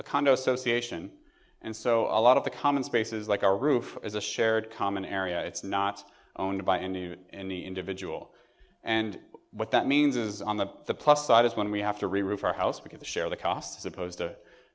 a condo association and so a lot of the common spaces like our roof is a shared common area it's not owned by any any individual and what that means is on the plus side is when we have to reroute our house because i share the cost supposed to